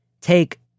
take